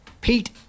Pete